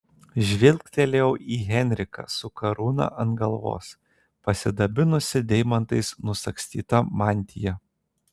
žvilgtelėjau į henriką su karūna ant galvos pasidabinusį deimantais nusagstyta mantija